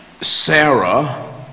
Sarah